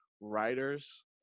writers